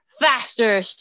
faster